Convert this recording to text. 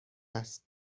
است